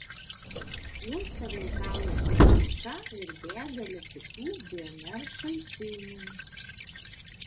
jos sąveikauja su tarša ir begale kitų dnr šaltinių